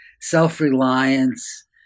self-reliance